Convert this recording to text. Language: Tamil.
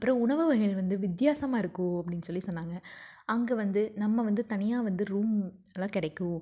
அப்புறம் உணவு வகைகள் வந்து வித்தியாசமாக இருக்கும் அப்படின்னு சொல்லி சொன்னாங்க அங்கே வந்து நம்ம வந்து தனியாக வந்து ரூம் எல்லாம் கிடைக்கும்